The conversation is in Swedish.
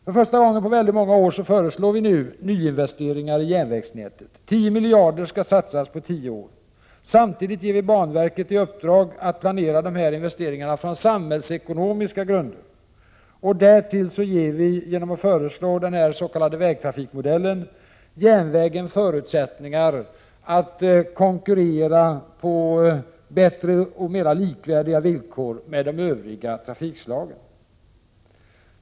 För första gången på många år föreslår vi nu nyinvesteringar i järnvägsnätet. 10 miljarder skall satsas på tio år. Samtidigt ger vi banverket i uppdrag att planera dessa investeringar utifrån samhällsekonomiska grunder. Därtill ger vi, genom att föreslå den s.k. vägtrafikmodellen, järnvägen förutsättningar att konkurrera med de övriga trafikslagen på bättre och mer likvärdiga villkor.